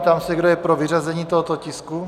Ptám se, kdo je pro vyřazení tohoto tisku.